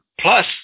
plus